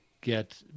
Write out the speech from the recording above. get